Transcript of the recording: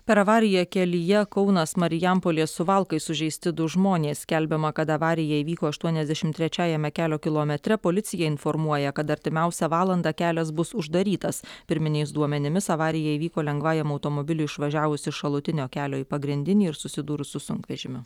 per avariją kelyje kaunas marijampolė suvalkai sužeisti du žmonės skelbiama kad avarija įvyko aštuoniasdešim trečiajame kelio kilometre policija informuoja kad artimiausią valandą kelias bus uždarytas pirminiais duomenimis avarija įvyko lengvajam automobiliui išvažiavus iš šalutinio kelio į pagrindinį ir susidūrus su sunkvežimiu